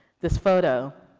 this photo.